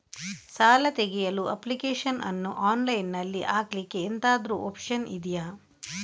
ಸಾಲ ತೆಗಿಯಲು ಅಪ್ಲಿಕೇಶನ್ ಅನ್ನು ಆನ್ಲೈನ್ ಅಲ್ಲಿ ಹಾಕ್ಲಿಕ್ಕೆ ಎಂತಾದ್ರೂ ಒಪ್ಶನ್ ಇದ್ಯಾ?